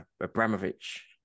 Abramovich